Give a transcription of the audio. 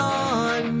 on